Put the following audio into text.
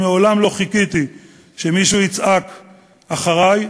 מעולם לא חיכיתי שמישהו יצעק "אחרי",